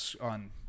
on